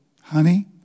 Honey